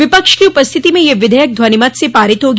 विपक्ष की उपस्थिति में यह विधेयक ध्वनिमत से पारित हो गया